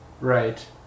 Right